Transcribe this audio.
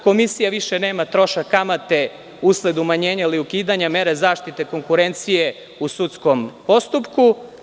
Komisija više nema trošak kamate usled umanjenja ili ukidanja mere zaštite konkurencije u sudskom postupku.